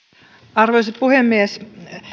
arvoisa puhemies